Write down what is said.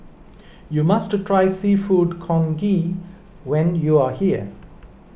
you must try Seafood Congee when you are here